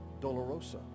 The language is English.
Dolorosa